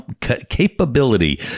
capability